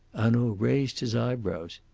hanaud raised his eyebrows.